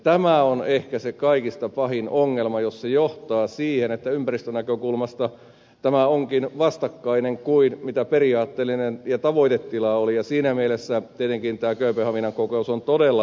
tämä on ehkä se kaikista pahin ongelma jos se johtaa siihen että ympäristönäkökulmasta tämä onkin vastakkainen kuin mikä se periaatteellinen ja tavoitetila oli ja siinä mielessä tietenkin tämä kööpenhaminan kokous on todella merkittävä